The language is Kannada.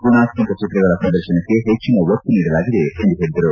ಗುಣಾತ್ಮಕ ಚಿತ್ರಗಳ ಪ್ರದರ್ಶನಕ್ಕೆ ಹೆಚ್ಚಿನ ಒತ್ತು ನೀಡಲಾಗಿದೆ ಎಂದು ಹೇಳಿದರು